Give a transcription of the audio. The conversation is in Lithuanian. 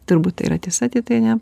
turbūt tai yra tiesa titai ane